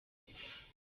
joseph